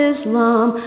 Islam